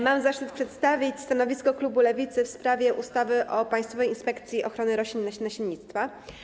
Mam zaszczyt przedstawić stanowisko klubu Lewicy w sprawie projektu ustawy o Państwowej Inspekcji Ochrony Roślin i Nasiennictwa.